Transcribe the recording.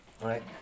right